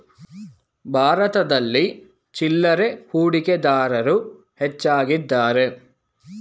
ಭಾರತದಲ್ಲಿ ಚಿಲ್ಲರೆ ಹೂಡಿಕೆದಾರರು ಹೆಚ್ಚಾಗಿದ್ದಾರೆ